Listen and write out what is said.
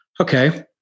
Okay